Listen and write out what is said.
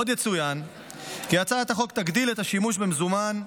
עוד יצוין כי הצעת החוק תגדיל את השימוש במזומן,